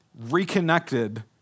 reconnected